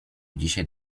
dzisiaj